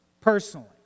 personally